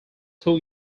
two